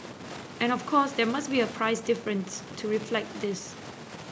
and of course there must be a price difference to reflect this